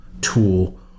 tool